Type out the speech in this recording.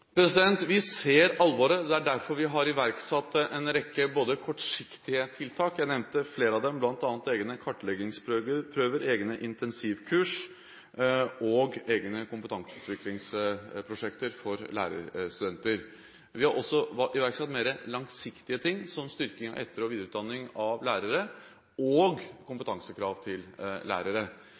Vi ser alvoret. Det er derfor vi har iverksatt en rekke kortsiktige tiltak. Jeg nevnte flere av dem, bl.a. egne kartleggingsprøver, egne intensivkurs og egne kompetanseutviklingsprosjekter for lærerstudenter, og vi har også iverksatt mer langsiktige ting, som styrking av etter- og videreutdanning av lærere og kompetansekrav til lærere.